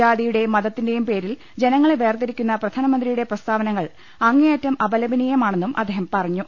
ജാതിയുടെയും മതത്തിന്റെയും പേരിൽ ജനങ്ങളെ വേർതിരിക്കുന്ന പ്രധാനമന്ത്രിയുടെ പ്രസ്താവനകൾ അങ്ങേയറ്റും അപലപനീയമാണെന്നും അദ്ദേഹം പറഞ്ഞു